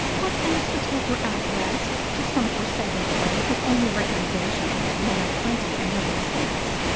what else would take her out west to some forsaken place whose only recommendation is that men are plenty and women scarce?